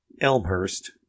Elmhurst